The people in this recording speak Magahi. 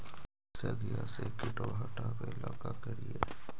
सगिया से किटवा हाटाबेला का कारिये?